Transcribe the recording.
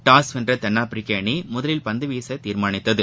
toss வென்றதென்னாப்பிரிக்கஅணிமுதலில் பந்துவீசதீர்மானித்தது